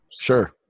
Sure